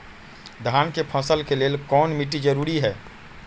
धान के फसल के लेल कौन मिट्टी जरूरी है?